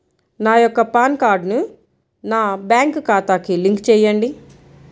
నా యొక్క పాన్ కార్డ్ని నా బ్యాంక్ ఖాతాకి లింక్ చెయ్యండి?